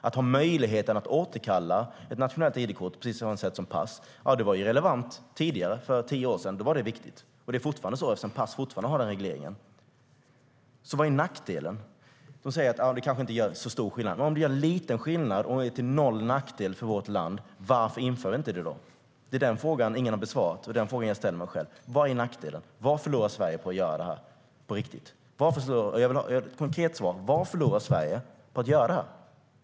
Att ha möjligheten att återkalla ett nationellt id-kort på samma sätt som pass var relevant tidigare - för tio år sedan var det viktigt. Det är fortfarande så eftersom pass fortfarande har den regleringen. Så vad är nackdelen? Man säger att det kanske inte gör så stor skillnad. Men om det gör en liten skillnad och är till noll nackdel för vårt land, varför inför vi det då inte? Det är den frågan ingen har besvarat, och det är den frågan jag ställer mig själv. Vad är nackdelen? Vad förlorar Sverige på att göra det här - på riktigt? Jag vill ha ett konkret svar. Vad förlorar Sverige på att göra det här?